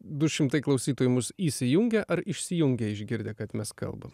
du šimtai klausytojų mus įsijungia ar išsijungia išgirdę kad mes kalbam